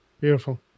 Beautiful